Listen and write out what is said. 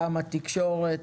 גם התקשורת,